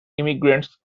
immigrants